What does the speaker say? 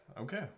Okay